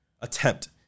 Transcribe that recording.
attempt